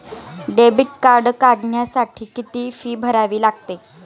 Debit card काढण्यासाठी किती fee भरावी लागते?